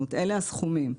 אלה הסכומים.